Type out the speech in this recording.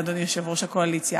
אדוני יושב-ראש הקואליציה,